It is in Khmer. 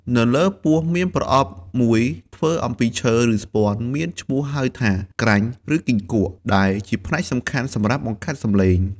នៅលើពោះមានប្រអប់មួយធ្វើអំពីឈើ ឬស្ពាន់មានឈ្មោះហៅថា ក្រាញ ឬ គីង្គក់ ដែលជាផ្នែកសំខាន់សម្រាប់បង្កើតសំឡេង។